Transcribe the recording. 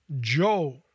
Joe